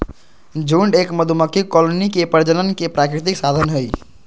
झुंड एक मधुमक्खी कॉलोनी के प्रजनन के प्राकृतिक साधन हई